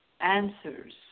answers